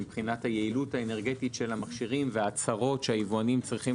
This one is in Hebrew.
מבחינת היעילות האנרגטית של המכשירים וההצהרות שהיבואנים צריכים